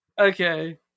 Okay